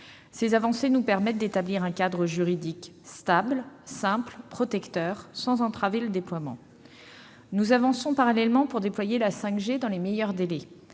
Ces avancées nous permettent d'établir un cadre juridique stable, simple, protecteur, sans entraver le déploiement. Nous avançons parallèlement pour déployer la 5G dans les meilleurs délais.